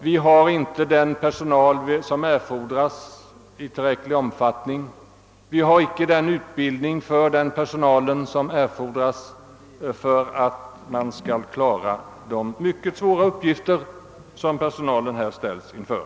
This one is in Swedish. Vi kan inte meddela den utbildning som erfordras för att vårdpersonalen skall klara de mycket svåra uppgifter som den ställes inför.